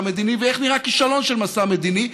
מדיני ואיך נראה כישלון של מסע מדיני.